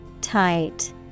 Tight